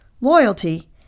loyalty